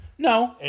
No